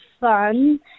fun